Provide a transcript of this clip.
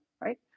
right